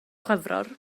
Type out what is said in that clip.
chwefror